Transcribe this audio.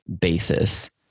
basis